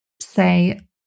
say